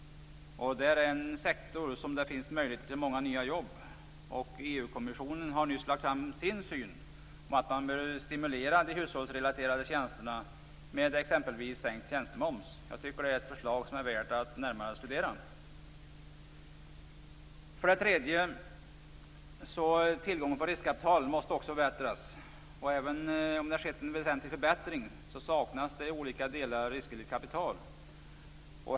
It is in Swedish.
Det är en sektor där det finns möjligheter till många nya jobb. EU-kommissionen har nyss lagt fram sin syn, nämligen att man bör stimulera de hushållsrelaterade tjänsterna med exempelvis sänkt tjänstemoms. Jag tycker att det är ett förslag som är värt att närmare studera. För det tredje måste också tillgången på riskkapital förbättras. Även om det har skett en väsentlig förbättring saknas det i olika delar riskvilligt kapital.